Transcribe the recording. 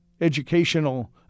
educational